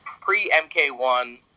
pre-MK1